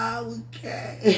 okay